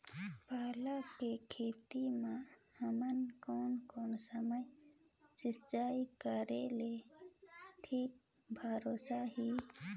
पाला के खेती मां हमन कोन कोन समय सिंचाई करेले ठीक भराही?